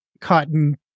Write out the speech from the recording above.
Cotton